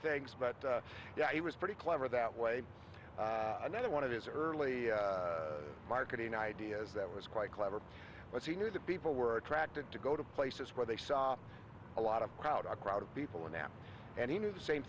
things but yeah he was pretty clever that way and then one of his early marketing ideas that was quite clever was he knew that people were attracted to go to places where they saw a lot of crowd a crowd of people in them and he knew the same